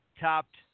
topped